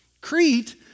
Crete